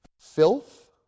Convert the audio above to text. filth